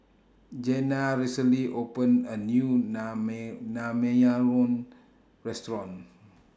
Jenna recently opened A New Naengmyeon Restaurant